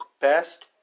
best